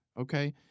okay